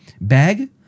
bag